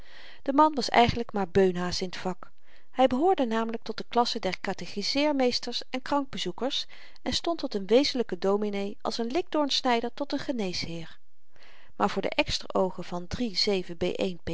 de man was eigenlyk maar beunhaas in t vak hy behoorde namelyk tot de klasse der katechizeermeesters en krankbezoekers en stond tot n wezenlyken dominee als n likdoornsnyder tot n geneesheer maar voor de eksteroogen van